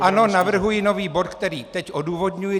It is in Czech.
Ano, navrhuji nový bod, který teď odůvodňuji.